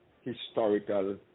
historical